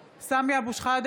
(קוראת בשמות חברי הכנסת) סמי אבו שחאדה,